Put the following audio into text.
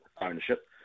ownership